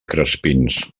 crespins